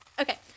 Okay